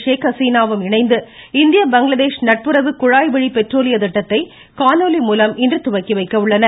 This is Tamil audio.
ஷேக் ஹசீனாவும் இணைந்து இந்திய பங்களாதேஷ் நட்புறவு குழாய் வழி பெட்ரோலிய திட்டத்தை காணொலி மூலம் இன்று துவக்கி வைக்க உள்ளனர்